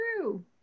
true